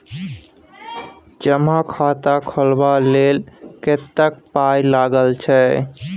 जमा खाता खोलबा लेल कतेक पाय लागय छै